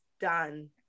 done